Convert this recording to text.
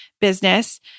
business